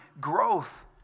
growth